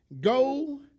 Go